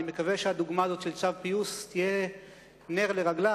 אני מקווה שהדוגמה הזאת של "צו פיוס" תהיה נר לרגלה,